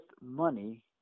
money